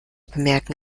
bemerken